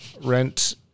rent